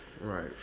Right